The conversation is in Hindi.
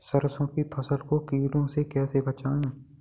सरसों की फसल को कीड़ों से कैसे बचाएँ?